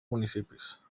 municipis